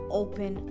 open